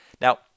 Now